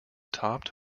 topped